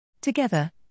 Together